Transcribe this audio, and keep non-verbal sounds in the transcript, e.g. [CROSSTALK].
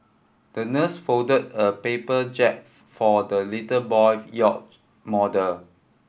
the nurse folded a paper jib [UNINTELLIGIBLE] for the little boy's yacht model